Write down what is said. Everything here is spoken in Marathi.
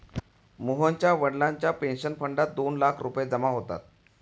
मोहनच्या वडिलांच्या पेन्शन फंडात दोन लाख रुपये जमा होतात